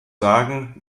sagen